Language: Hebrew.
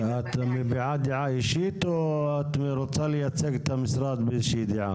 את מביעה דעה אישית או שאת רוצה לייצג את המשרד באיזושהי דעה.